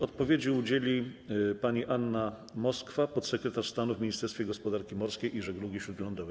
Odpowiedzi udzieli pani Anna Moskwa, podsekretarz stanu w Ministerstwie Gospodarki Morskiej i Żeglugi Śródlądowej.